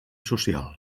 social